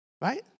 right